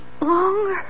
longer